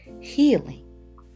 healing